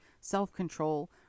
self-control